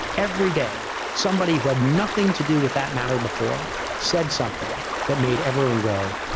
every day, somebody who had nothing to do with that matter before said something that made everyone go,